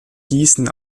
gießen